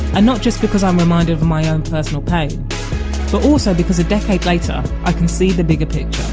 and not just because i'm reminded of my own personal pain, but also because a decade later, i can see the bigger picture.